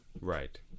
right